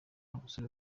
musore